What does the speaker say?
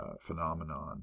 phenomenon